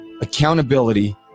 accountability